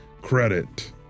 credit